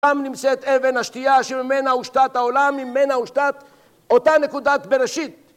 גם נמצאת אבן השתייה שממנה הושתת העולם, ממנה הושתת אותה נקודת בראשית.